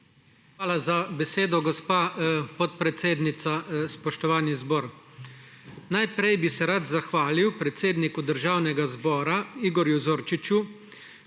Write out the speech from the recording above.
Hvala za besedo, gospa podpredsednica. Spoštovani zbor! Najprej bi se rad zahvalil predsedniku Državnega zbora Igorju Zorčiču,